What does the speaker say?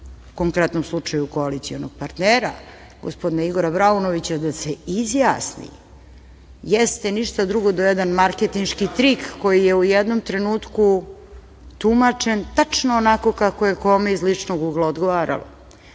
konkretnom slučaju koalicionog partnera, gospodina Igora Braunovića, da se izjasni, jeste ništa drugo do jedan marketinški trik koji je u jednom trenutku tumačen tačno onako kako je kome iz ličnog ugla odgovaralo. Dakle,